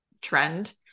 Trend